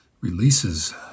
releases